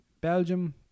Belgium